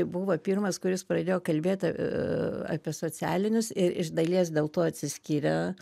buvo pirmas kuris pradėjo kalbėt apie socialinius ir iš dalies dėl to atsiskyrė